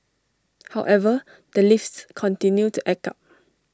however the lifts continue to act up